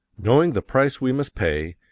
knowing the price we must pay,